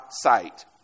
sight